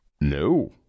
No